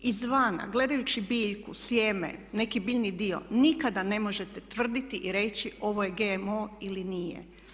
Izvana gledajući biljku, sjeme, neki biljni dio nikada ne možete tvrditi i reći ovo je GMO ili nije.